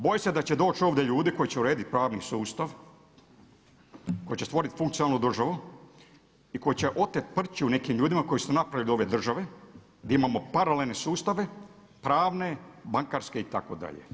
Boje se da će doći ovdje ljudi koji će urediti pravni sustav, koji će stvoriti funkcionalnu državu i koji će oteti prćiju nekim ljudima koji su to napravili od ove države, gdje imamo paralelne sustave, pravne, bankarske itd.